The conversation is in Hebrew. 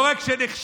לא רק שנכשלתם,